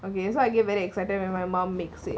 okay so I get very excited when my mom makes it